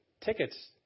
tickets